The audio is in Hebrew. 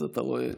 אז אתה רואה?